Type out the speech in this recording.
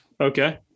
Okay